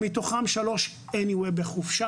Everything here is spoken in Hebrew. שמתוכן שלוש בכל מקרה בחופשה,